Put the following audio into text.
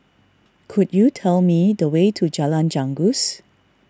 could you tell me the way to Jalan Janggus